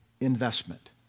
investment